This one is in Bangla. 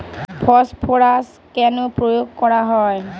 ফসফরাস কেন প্রয়োগ করা হয়?